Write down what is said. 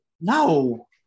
No